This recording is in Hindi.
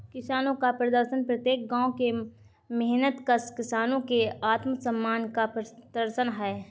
किसानों का प्रदर्शन प्रत्येक गांव के मेहनतकश किसानों के आत्मसम्मान का प्रदर्शन है